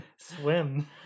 Swim